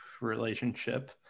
relationship